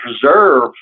preserve